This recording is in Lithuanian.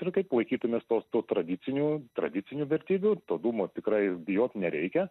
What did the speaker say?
ir kaip laikytumėmės tos tų tradicinių tradicinių vertybių to dūmo tikrai bijot nereikia